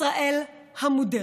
ישראל המודרת.